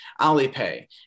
Alipay